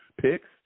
picks